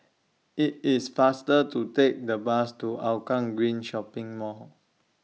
IT IS faster to Take The Bus to Hougang Green Shopping Mall